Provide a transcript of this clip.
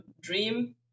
dream